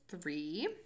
three